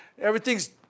everything's